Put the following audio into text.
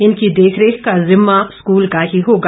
इनकी देख रेख का जिम्मा स्कूल का ही होगा